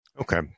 Okay